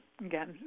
Again